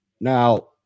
Now